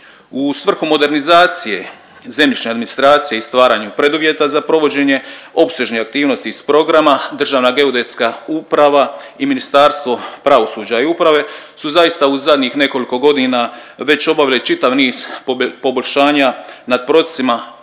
U svrhu modernizacije zemljišne administracije i stvaranju preduvjeta za provođenje opsežnih aktivnosti iz programa, DGU i Ministarstvo pravosuđa i uprave su zaista u zadnjih nekoliko godina već obavile čitav niz poboljšanja nad … i podacima